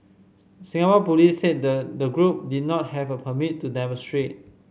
Singapore police said the the group did not have a permit to demonstrate